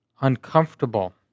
uncomfortable